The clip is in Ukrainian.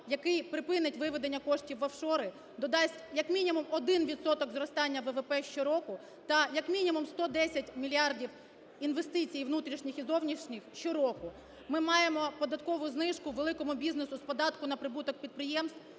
який припинить виведення коштів в офшори, додасть як мінімум 1 відсоток зростання ВВП щороку та як мінімум 110 мільярдів інвестицій внутрішніх і зовнішніх щороку, ми маємо податкову знижку великому бізнесу з податку на прибуток підприємств